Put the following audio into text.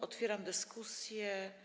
Otwieram dyskusję.